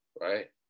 right